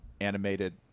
animated